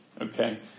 Okay